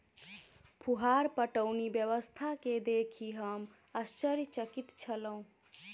फुहार पटौनी व्यवस्था के देखि हम आश्चर्यचकित छलौं